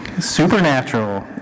Supernatural